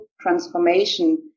transformation